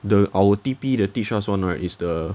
the our T_P they teach us [one] right is the